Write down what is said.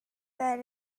that